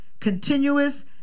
continuous